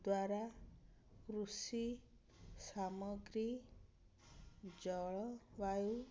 ଦ୍ୱାରା କୃଷି ସାମଗ୍ରୀ ଜଳବାୟୁ